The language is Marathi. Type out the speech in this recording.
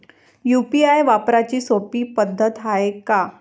यू.पी.आय वापराची सोपी पद्धत हाय का?